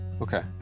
Okay